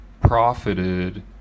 profited